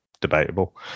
Debatable